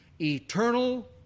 eternal